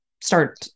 start